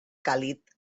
càlid